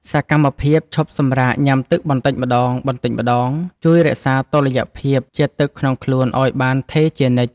សកម្មភាពឈប់សម្រាកញ៉ាំទឹកបន្តិចម្ដងៗ ជួយរក្សាតុល្យភាពជាតិទឹកក្នុងខ្លួនឱ្យបានថេរជានិច្ច។